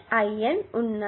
IN ఉన్నాయి